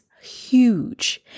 huge